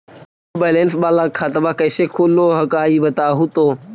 Zero balance वाला खतवा कैसे खुलो हकाई बताहो तो?